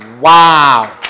wow